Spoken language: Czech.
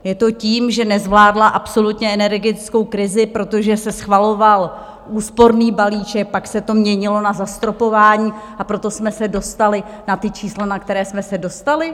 Je to tím, že nezvládla absolutně energetickou krizi, protože se schvaloval úsporný balíček, pak se to měnilo na zastropování, a proto jsme se dostali na ta čísla, na která jsme se dostali.